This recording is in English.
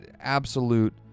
absolute